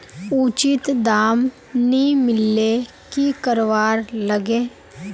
उचित दाम नि मिलले की करवार लगे?